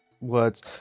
Words